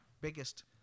biggest